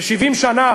ו-70 שנה